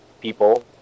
people